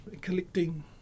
collecting